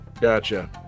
Gotcha